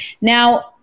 Now